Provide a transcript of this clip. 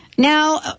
Now